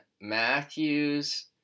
Matthews